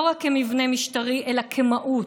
לא רק כמבנה משטרי אלא כמהות,